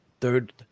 third